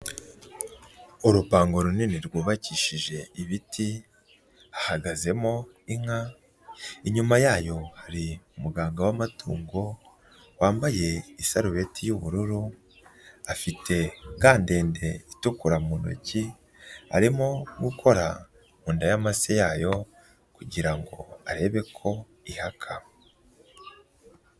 Urupango runini rwubakishije ibiti, hahagazemo inka, inyuma yayo hari umuganga w'amatungo, wambaye isarubeti y'ubururu, afite ga ndende itukura mu ntoki, arimo gukora mu nda y'amase yayo kugira arebe ko ihaka.